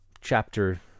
chapter